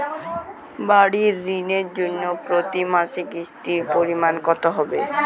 বাড়ীর ঋণের জন্য প্রতি মাসের কিস্তির পরিমাণ কত হবে?